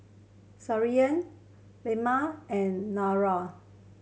Leman and Nurul